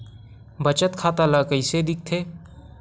बचत खाता ला कइसे दिखथे?